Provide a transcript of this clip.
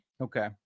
Okay